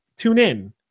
TuneIn